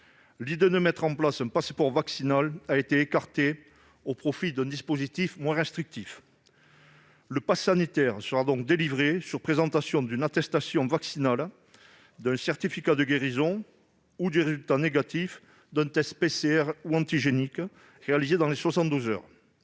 l'idée de mettre en place un passeport vaccinal a été écartée au profit d'un dispositif moins restrictif. Le pass sanitaire sera donc délivré sur présentation d'une attestation vaccinale, d'un certificat de guérison ou du résultat négatif d'un test PCR ou antigénique réalisé dans les